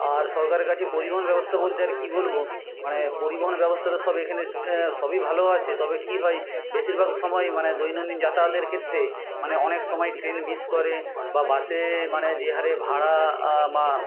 আর সরকারের কাছে পরিবহণ ব্যবস্থা বলতে আর কী বলব মানে পরিবহণ ব্যবস্থা তো সব এইখানে সবই ভালো আছে তবে কী হয় বেশিরভাগ সময় মানে দৈনন্দিন যাতায়াতের ক্ষেত্রে মানে অনেক সময় ট্রেন মিস করে বা বাসে মানে যে হারে ভাঁড়া মা